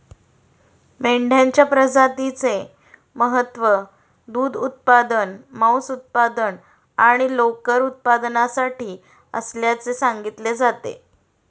मेंढ्यांच्या प्रजातीचे महत्त्व दूध उत्पादन, मांस उत्पादन आणि लोकर उत्पादनासाठी असल्याचे सांगितले जाते